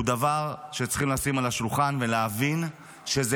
הוא דבר שצריך לשים על השולחן ולהבין שזה